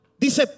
Dice